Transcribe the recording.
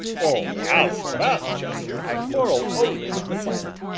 oh! as to that, chester, i quarrel only with the climate.